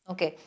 Okay